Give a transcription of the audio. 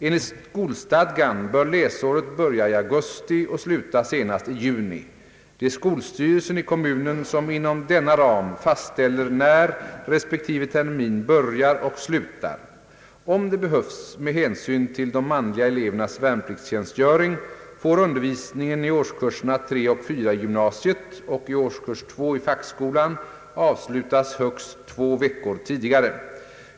Enligt skolstadgan bör läsåret börja i augusti och sluta senast i juni. Det är skolstyrelsen i kommunen som inom denna ram fastställer när respektive termin börjar och slutar. Om det behövs med hänsyn till de manliga elevernas värnpliktstjänstgöring, får undervisningen i årskurserna 3 och 4 i gymnasiet och i årskurs 2 i fackskolan avslutas högst två veckor tidigare.